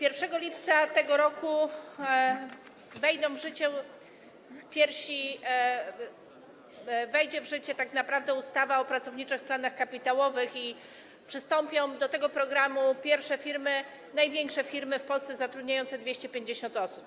1 lipca tego roku wejdzie w życie tak naprawdę ustawa o pracowniczych planach kapitałowych i przystąpią do tego programu pierwsze firmy, największe firmy w Polsce, zatrudniające 250 osób.